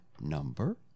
number